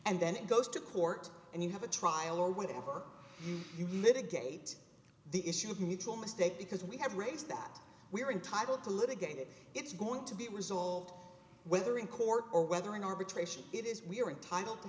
and then it goes to court and you have a trial or whatever you can litigate the issue of mutual mistake because we have raised that we are entitled to litigate it it's going to be resolved whether in court or whether in arbitration it is we are entitled to